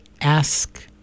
ask